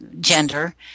gender